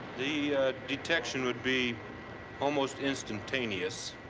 the detection would be almost instantaneous.